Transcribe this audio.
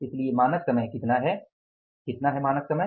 इसलिए मानक समय कितना है कितना है मानक समय